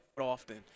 often